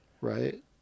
Right